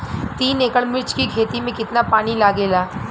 तीन एकड़ मिर्च की खेती में कितना पानी लागेला?